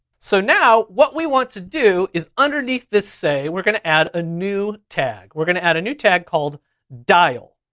so now what we want to do is underneath this, say we're gonna add a new tag, we're gonna add a new tag called dial.